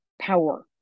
power